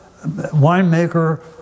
winemaker